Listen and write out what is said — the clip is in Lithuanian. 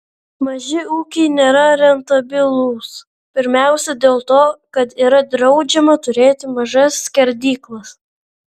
maži ūkiai nėra rentabilūs pirmiausia dėl to kad yra draudžiama turėti mažas skerdyklas